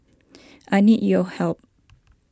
I need your help